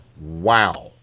Wow